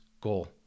goal